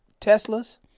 Teslas